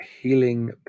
healing